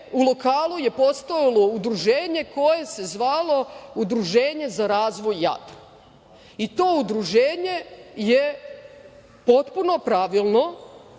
u lokalu je postojalo udruženje koje se zvalo Udruženje za razvoj Jadra i to udruženje je potpuno pravilno